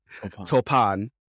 Topan